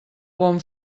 bon